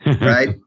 right